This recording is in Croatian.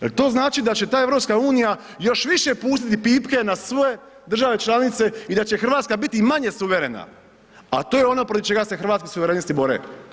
Jel to znači da će ta EU još više pustiti pipke na sve države članice i da će Hrvatska biti i manje suverena a to je ono protiv čega se Hrvatsku suverenisti bore?